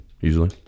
Usually